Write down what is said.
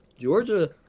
Georgia –